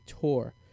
tour